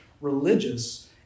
religious